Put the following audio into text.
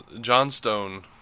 Johnstone